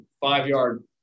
five-yard